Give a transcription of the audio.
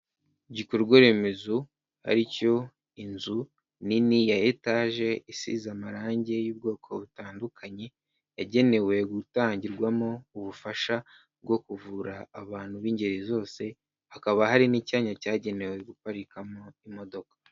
Igikorwaremezo, ari cyo inzu nini ya etaje isize amarangi y'ubwoko butandukanye yagenewe gutangirwamo ubufasha bwo kuvura abantu b'ingeri zose, hakaba hari n'icyanya cyagenewe guparikamo imodoka.